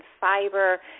fiber